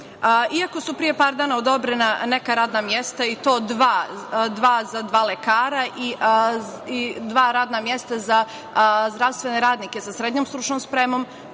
su pre par dana odobrena neka radna mesta, i to dva, za dva lekara i dva radna mesta za zdravstvene radnike sa srednjom stručnom spremom,